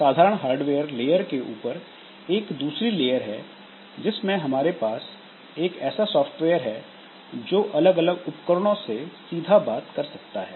इस साधारण hardware layer के ऊपर एक दूसरी लेयर है जिसमें हमारे पास ऐसा सॉफ्टवेयर है जो अलग अलग उपकरणों से सीधा बात कर सकता है